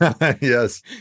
Yes